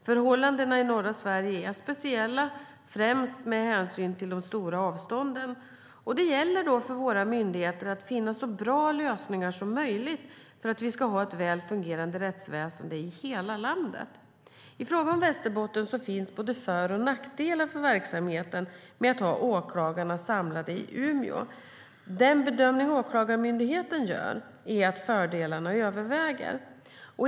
Förhållandena i norra Sverige är speciella främst med hänsyn till de stora avstånden. Det gäller då för våra myndigheter att finna så bra lösningar som möjligt för att vi ska ha ett väl fungerande rättsväsen i hela landet. I fråga om Västerbotten finns både för och nackdelar för verksamheten med att ha åklagarna samlade i Umeå. Den bedömning Åklagarmyndigheten gör är att fördelarna överväger.